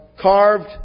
carved